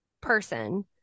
person